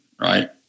right